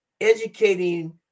educating